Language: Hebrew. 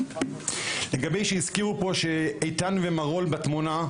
לגבי מה שהזכירו פה שאית"ן ומרעול בתמונה,